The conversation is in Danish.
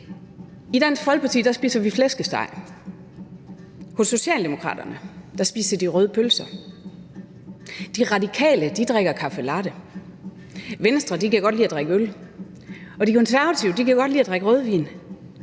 I Dansk Folkeparti spiser vi flæskesteg, hos Socialdemokraterne spiser de røde pølser, De Radikale drikker caffe latte, Venstre kan godt lide at drikke øl, og De Konservative kan godt lide at drikke rødvin.